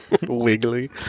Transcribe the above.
Wiggly